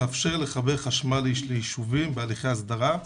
מאפשר לחבר חשמל ליישובים בהליכי הסדרה,